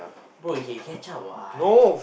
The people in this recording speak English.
bro you can catch up what